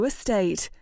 Estate